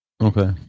Okay